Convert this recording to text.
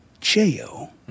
jail